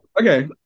Okay